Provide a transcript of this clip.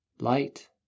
Light